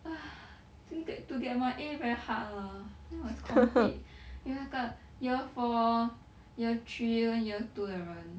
!hais! t~ ge~ to get my very hard lah still must compete 有那个 year four year three 跟 year two 的人